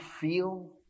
feel